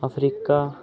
Africa